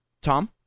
Tom